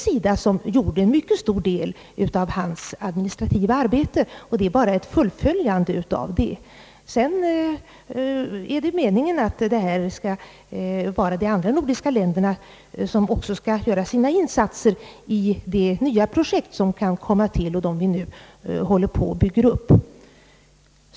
SIDA gjorde en mycket stor del administrativt arbete åt honom, och det är detta som sedan fullföljts. Meningen är att de andra nordiska länderna också skall göra sina insatser i de nya projekt som kan komma till stånd och man nu håller på att bygga upp.